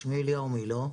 שמי אליהו מילוא,